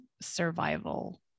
survival